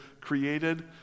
created